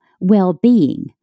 well-being